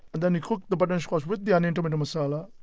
and then you cook the butternut squash with the onion-tomato masala,